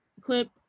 clip